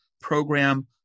program